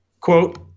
Quote